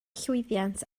llwyddiant